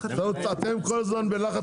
אתם כל הזמן בלח.